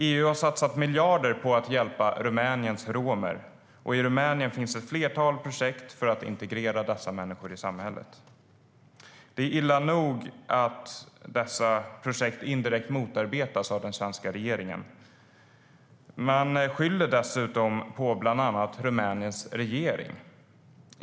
EU har satsat miljarder på att hjälpa Rumäniens romer, och i Rumänien finns ett flertal projekt för att integrera dessa människor i samhället. Det är illa nog att dessa projekt indirekt motarbetas av den svenska regeringen, men man skyller dessutom på bland annat Rumäniens regering.